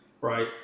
right